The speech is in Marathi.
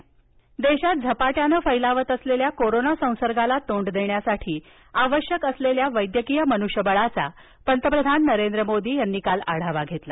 पंतप्रधान देशात झपाट्याने फैलावत असलेल्या कोरोना संसर्गाला तोंड देण्यासाठी आवश्यक असलेल्या वैद्यकीय मनुष्यबळाचा पंतप्रधान नरेंद्र मोदी यांनी काल आढावा घेतला